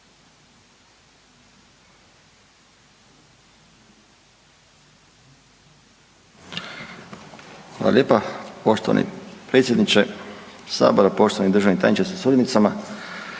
Hvala lijepa. Poštovani predsjedniče sabora, poštovani državni tajniče sa suradnicama,